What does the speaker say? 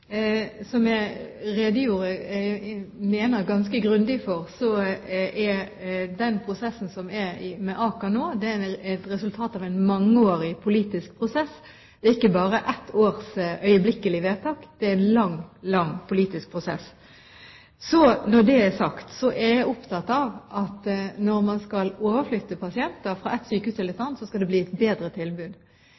Jeg mener jeg redegjorde ganske grundig for at den prosessen som Aker er i nå, er et resultat av en mangeårig politisk prosess. Det er ikke bare ett års øyeblikkelige vedtak, det er en lang politisk prosess. Når det er sagt, er jeg opptatt av at når man skal overflytte pasienter fra et sykehus til